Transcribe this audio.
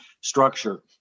structure